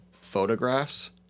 photographs